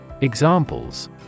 Examples